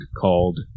called